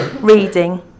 reading